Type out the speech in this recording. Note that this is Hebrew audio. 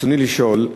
ברצוני לשאול: